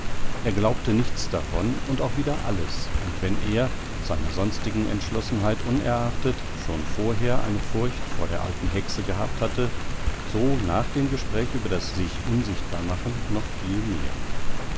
er glaubte nichts davon und auch wieder alles und wenn er seiner sonstigen entschlossenheit unerachtet schon vorher eine furcht vor der alten hexe gehabt hatte so nach dem gespräch über das sich unsichtbarmachen noch viel mehr